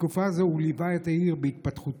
בתקופה זו הוא ליווה את העיר בהתפתחותה,